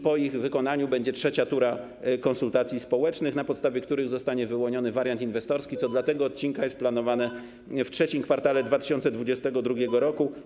Po ich wykonaniu będzie trzecia tura konsultacji społecznych, na podstawie których zostanie wyłoniony wariant inwestorski, co dla tego odcinka jest planowane w III kwartale 2022 r.